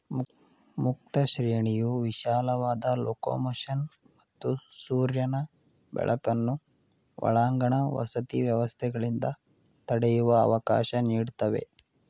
ಮುಕ್ತ ಶ್ರೇಣಿಯು ವಿಶಾಲವಾದ ಲೊಕೊಮೊಷನ್ ಮತ್ತು ಸೂರ್ಯನ ಬೆಳಕನ್ನು ಒಳಾಂಗಣ ವಸತಿ ವ್ಯವಸ್ಥೆಗಳಿಂದ ತಡೆಯುವ ಅವಕಾಶ ನೀಡ್ತವೆ